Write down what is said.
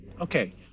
Okay